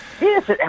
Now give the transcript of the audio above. Yes